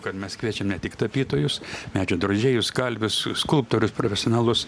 kad mes kviečiam ne tik tapytojus medžio drožėjus kalvius skulptorius profesionalus